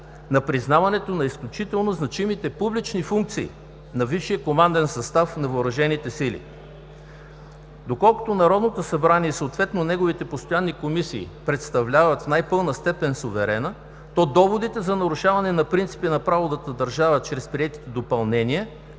на признаването на изключително значимите публични функции на висшия команден състав на Въоръжените сили. Доколкото Народното събрание и съответно неговите постоянни комисии представляват в най-пълна степен суверена, то доводите за нарушаване на принципи на правовата държава чрез приети допълнения